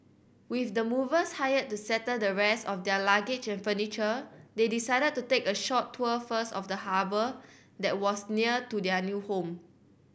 with the movers hired to settle the rest of their luggage and furniture they decided to take a short tour first of the harbour that was near to their new home